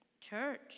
Church